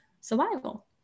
survival